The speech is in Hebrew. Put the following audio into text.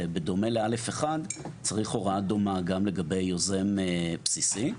שבדומה לא' 1 צריך הוראה דומה גם לגבי יוזם בסיסי.